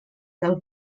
del